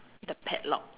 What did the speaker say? the padlock